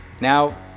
now